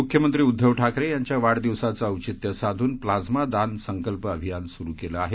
मुख्यमंत्री उद्धव ठाकरे यांच्या वाढदिवसाचं औचित्य साधून प्लाइमा दान संकल्प अभियान सूरू केलं आहे